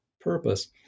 purpose